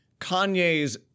Kanye's